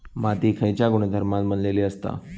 माती खयच्या गुणधर्मान बनलेली असता?